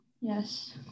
Yes